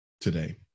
today